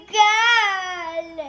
girl